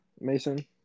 Mason